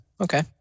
Okay